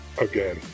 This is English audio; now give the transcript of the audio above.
Again